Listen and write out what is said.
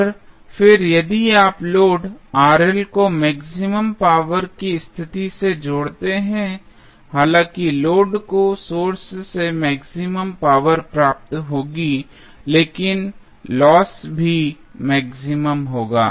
और फिर यदि आप लोड को मैक्सिमम पावर की स्थिति से जोड़ते हैं हालांकि लोड को सोर्स से मैक्सिमम पावर प्राप्त होगी लेकिन लॉस भी मैक्सिमम होगा